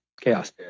Chaos